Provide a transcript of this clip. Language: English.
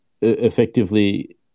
effectively